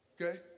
Okay